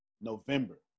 november